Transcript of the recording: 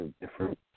different